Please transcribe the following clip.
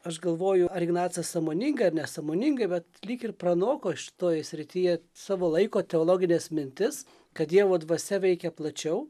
aš galvoju ar ignacas sąmoningai ar nesąmoningai bet lyg ir pranoko šitoje srityje savo laiko teologines mintis kad dievo dvasia veikia plačiau